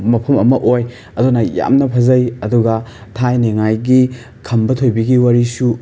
ꯃꯐꯝ ꯑꯃ ꯑꯣꯏ ꯑꯗꯨꯅ ꯌꯥꯝꯅ ꯐꯖꯩ ꯑꯗꯨꯒ ꯊꯥꯏꯅꯉꯥꯏꯒꯤ ꯈꯝꯕ ꯊꯣꯏꯕꯤꯒꯤ ꯋꯥꯔꯤꯁꯨ